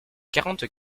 quarante